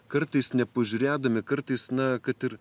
kartais nepažiūrėdami kartais na kad ir